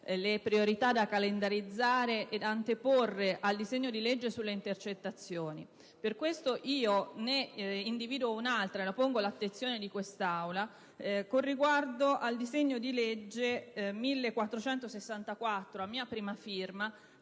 le priorità da calendarizzare ed anteporre al disegno di legge sulle intercettazioni. Per questo io ne individuo un'altra e la pongo all'attenzione di quest'Aula con riguardo al disegno di legge n. 1464, a mia prima firma,